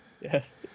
Yes